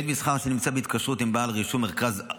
בית מסחר אשר נמצא בהתקשרות עם בעל רישום שמרכז